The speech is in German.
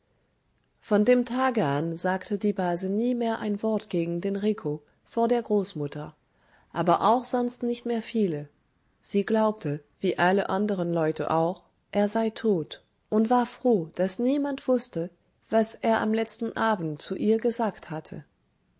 von dem tage an sagte die base nie mehr ein wort gegen den rico vor der großmutter aber auch sonst nicht mehr viele sie glaubte wie alle anderen leute auch er sei tot und war froh daß niemand wußte was er am letzten abend zu ihr gesagt hatte